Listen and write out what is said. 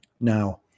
Now